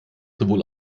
sowohl